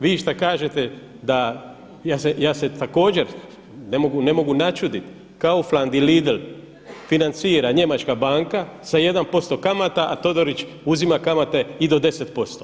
Vi šta kažete da, ja se također ne mogu načuditi Kaufland i Lidl financira njemačka banka sa 1% kamata, a Todorić uzima kamate i do 10%